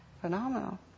phenomenal